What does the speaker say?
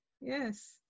yes